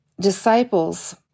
disciples